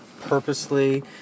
purposely